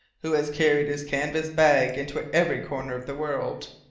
who has carried his canvas bag into every corner of the world.